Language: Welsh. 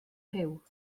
rhyw